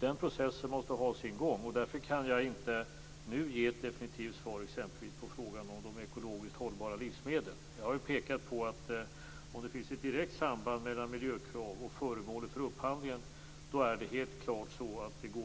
Den processen måste ha sin gång, därför kan jag inte nu ge ett definitivt svar på exempelvis frågan om de ekologiskt hållbara livsmedlen. Jag har pekat på att om det finns ett direkt samband mellan miljökrav och föremålet för upphandling går det helt klart